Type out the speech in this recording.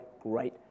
great